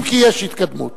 אם כי יש התקדמות,